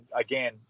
again